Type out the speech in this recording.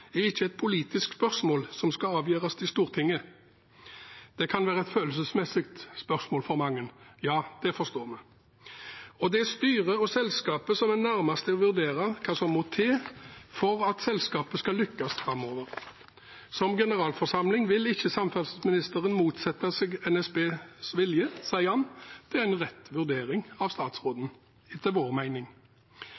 er ikke et politisk spørsmål som skal avgjøres i Stortinget. Det kan være et følelsesmessig spørsmål for mange, det forstår vi. Det er styret og selskapet som er nærmest til å vurdere hva som må til for at selskapet skal lykkes framover. Som generalforsamling vil ikke samferdselsministeren motsette seg NSBs vilje, sier han. Det er etter vår mening en rett vurdering av statsråden.